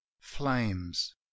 Flames